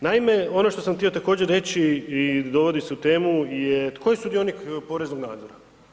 Naime, ono što sam htio također reći i dovodi se u temu je tko je sudionik poreznog nadzora?